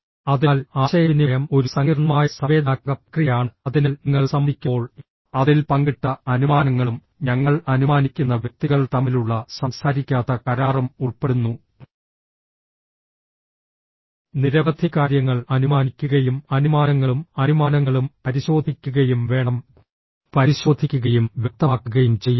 അതിനാൽ ആശയവിനിമയം ഒരു സങ്കീർണ്ണമായ സംവേദനാത്മക പ്രക്രിയയാണ് അതിനാൽ നിങ്ങൾ സംവദിക്കുമ്പോൾ അതിൽ പങ്കിട്ട അനുമാനങ്ങളും ഞങ്ങൾ അനുമാനിക്കുന്ന വ്യക്തികൾ തമ്മിലുള്ള സംസാരിക്കാത്ത കരാറും ഉൾപ്പെടുന്നു നിരവധി കാര്യങ്ങൾ അനുമാനിക്കുകയും അനുമാനങ്ങളും അനുമാനങ്ങളും പരിശോധിക്കുകയും വേണം പരിശോധിക്കുകയും വ്യക്തമാക്കുകയും ചെയ്യരുത്